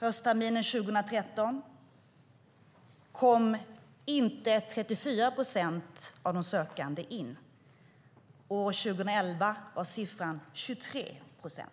Höstterminen 2013 kom 34 procent av de sökande inte in. År 2011 var det 23 procent som inte kom in.